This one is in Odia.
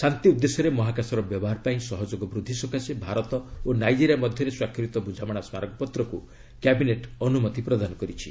ଶାନ୍ତି ଉଦ୍ଦେଶ୍ୟରେ ମହାକାଶର ବ୍ୟବହାର ପାଇଁ ସହଯୋଗ ବୃଦ୍ଧି ସକାଶେ ଭାରତ ଓ ନାଇଜେରିଆ ମଧ୍ୟରେ ସ୍ୱାକ୍ଷରିତ ବୁଝାମଣା ସ୍ମାରକପତ୍ରକୁ କ୍ୟାବିନେଟ୍ ଅନୁମତି ପ୍ରଦାନ କରିଛି